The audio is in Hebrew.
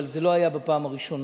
אבל זה לא היה בפעם הראשונה,